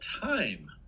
time